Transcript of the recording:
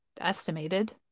estimated